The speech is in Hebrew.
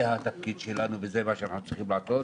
זה התפקיד שלנו וזה מה שאנחנו צריכים לעשות.